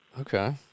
Okay